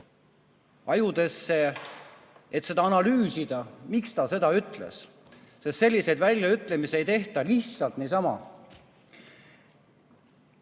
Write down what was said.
ajudesse, et analüüsida, miks ta seda ütles, sest selliseid väljaütlemisi ei tehta lihtsalt niisama.